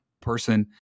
person